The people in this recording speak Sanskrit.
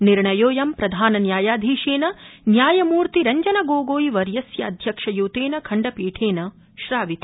निर्णयोऽयं प्रधानन्यायाधीशेन न्यायमूर्ति रंजनगोगोईवर्यस्याध्यक्षयुतेन खण्डपीठेनाद्य श्रावित